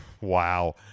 Wow